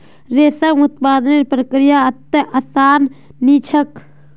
रेशम उत्पादनेर प्रक्रिया अत्ते आसान नी छेक